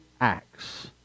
acts